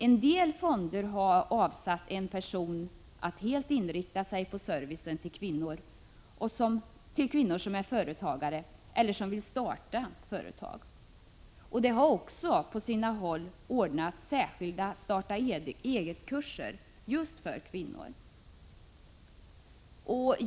En del fonder har avsatt en person till att helt inrikta sig på service till kvinnor som är företagare eller som vill starta företag. Det har på sina håll också ordnats särskilda starta-eget-kurser just för kvinnor.